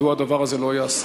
מדוע הדבר הזה לא ייעשה?